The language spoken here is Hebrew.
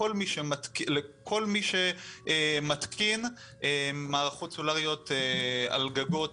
לכל מי שמתקין מערכות סולאריות על גגות